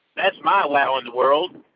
that's my wow in the world.